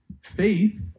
Faith